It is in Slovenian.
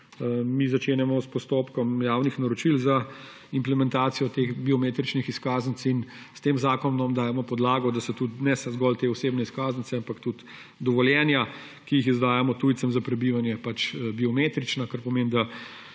Mi začenjamo s postopkom javnih naročil za implementacijo teh biometričnih izkaznic in s tem zakonom dajemo podlage, da se ne samo zgolj te osebne izkaznice, ampak tudi dovoljenja, ki jih izdajamo tujcem za prebivanje, pač biometrična, kar pomeni, da